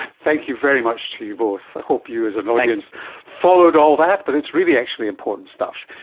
thank you very much to you both. i hope you as an audience followed all that but it's really actually important stuff.